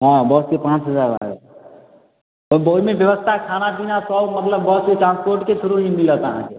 हँ बसके पाँच हजार लागत ओहिमे रास्ताके रास्ता खाना पीना सब मतलब बसके ट्रांसपोर्टके थ्रो मिलत अहाँकेँ